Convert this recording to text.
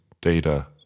data